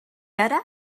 ara